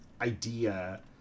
idea